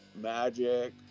magic